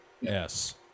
Yes